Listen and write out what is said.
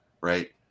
right